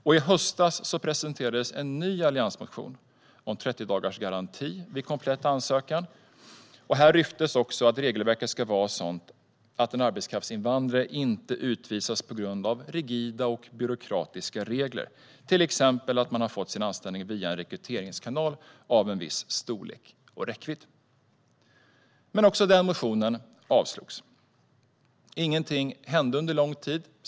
I höstas presenterades en ny alliansmotion om en 30-dagarsgaranti vid komplett ansökan. Här lyftes också fram att regelverket ska vara sådant att en arbetskraftsinvandrare inte utvisas på grund av rigida och byråkratiska regler, till exempel att man har fått sin anställning via en rekryteringskanal med viss storlek och räckvidd. Men också den motionen avslogs. Ingenting hände under lång tid.